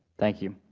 thank you.